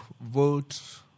vote